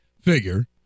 figure